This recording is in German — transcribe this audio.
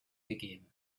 gegeben